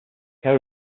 care